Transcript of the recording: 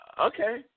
Okay